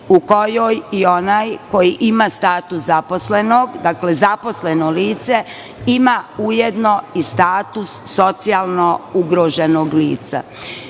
u kojoj i onaj koji ima status zaposlenog, dakle, zaposleno lice, ima ujedno i status socijalno ugroženog lica.